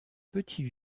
petit